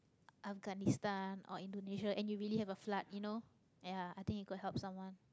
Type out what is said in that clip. afghanistan or indonesia and you really have a flood you know ya i think it could help someone